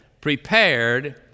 prepared